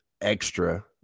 extra